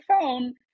phone